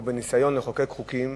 או לניסיון לחוקק חוקים,